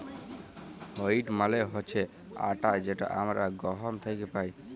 wheat মালে হছে আটা যেট আমরা গহম থ্যাকে পাই